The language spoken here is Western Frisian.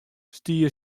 stie